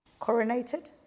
Coronated